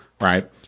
right